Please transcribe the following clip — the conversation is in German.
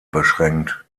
beschränkt